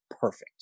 perfect